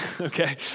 Okay